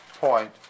point